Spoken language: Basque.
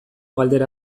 galdera